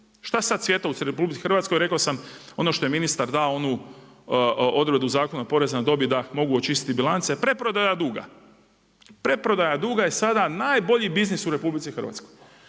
Šta sad cvijeta u RH, rekao sam ono što je ministar dao onu odredbu Zakona poreza na dobit da mogu očistiti bilance, preprodaja duga. Preprodaj duga je sada najbolji biznis u RH. Čini mi se